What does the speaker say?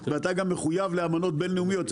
ואתה גם מחויב לאמנות בין לאומיות.